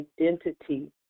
identity